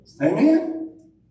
Amen